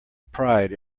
pride